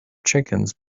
chickens